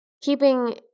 keeping